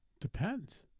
depends